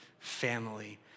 family